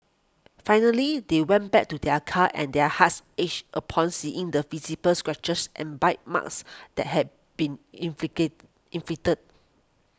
finally they went back to their car and their hearts ached upon seeing the visible scratches and bite marks that had been inflicted